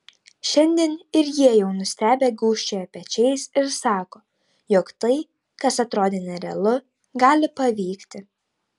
šiandien ir jie jau nustebę gūžčioja pečiais ir sako jog tai kas atrodė nerealu gali pavykti